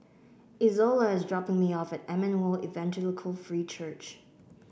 Izola is dropping me off at Emmanuel Evangelical Free Church